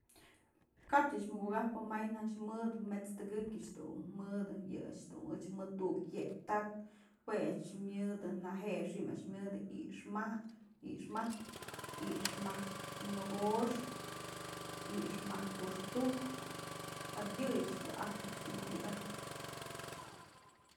Kap ëch mukëkap may janchë mëdë mët's tëkëkyë ëch dun mëdë, yë a'ax dun mët tu'uk yët taktë jue a'ax myëdë naje'e, xi'im a'ax myëdë i'ixë majkë, i'ixë majkë mokoxkë, i'ixë majkë juxtujkë ja yë yëch dun ajtyë mukakajpyë.